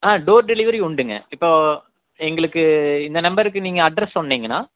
ஆ door delivery உண்டுங்க இப்போ எங்களுக்கு இந்த நம்பருக்கு நீங்கள் அட்ரஸ் சொன்னீங்கன்னா